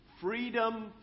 freedom